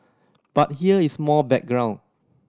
but here is more background